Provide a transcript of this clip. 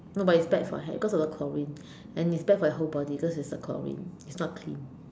no but it's bad for hair cause of the Chlorine and it's bad for your whole body because it's a Chlorine it's not clean